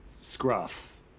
scruff